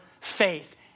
faith